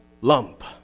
lump